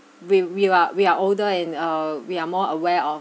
we we are we are older and uh we are more aware of